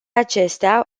acestea